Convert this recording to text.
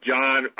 John